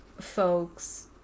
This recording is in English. folks